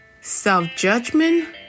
self-judgment